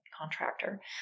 contractor